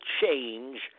change